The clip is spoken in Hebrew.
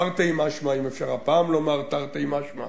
תרתי משמע, אם אפשר לומר הפעם "תרתי משמע",